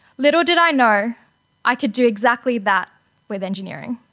little did i know i could do exactly that with engineering.